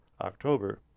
october